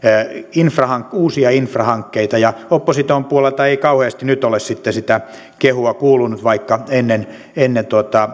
uusia infrahankkeita ja opposition puolelta ei kauheasti nyt ole sitten sitä kehua kuulunut vaikka ennen ennen